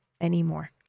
anymore